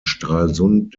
stralsund